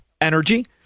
energy